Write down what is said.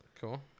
cool